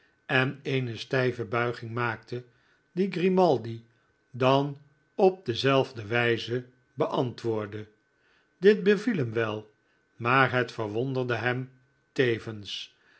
en eene stijve buiging maakte die grimaldi dan op dezelfde wijze beantwoordde dit beviel hem wel maar het verwonderde hem tevens